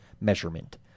measurement